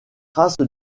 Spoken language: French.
traces